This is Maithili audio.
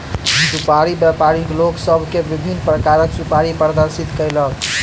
सुपाड़ी व्यापारी लोक सभ के विभिन्न प्रकारक सुपाड़ी प्रदर्शित कयलक